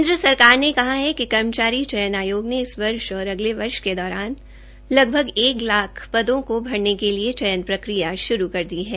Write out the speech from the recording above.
केन्द्र सरकार ने कहा है कि कर्मचारी चयन आयोग ने इस वर्ष और अगले वर्ष के दौरान लगभग एक लाख पदों को भरने के लिए चयन प्रक्रिया शुरू कर दी है